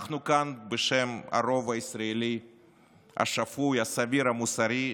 אנחנו כאן בשם הרוב הישראלי השפוי, הסביר, המוסרי,